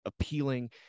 appealing